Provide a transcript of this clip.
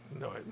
No